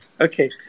okay